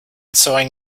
sewing